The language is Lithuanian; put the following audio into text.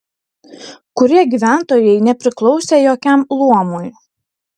kurie gyventojai nepriklausė jokiam luomui